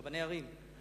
רבני ערים.